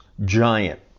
giant